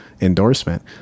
endorsement